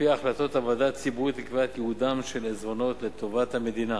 על-פי החלטות הוועדה הציבורית לקביעת ייעודם של עיזבונות לטובת המדינה.